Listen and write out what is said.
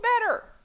better